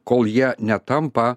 kol jie netampa